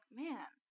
man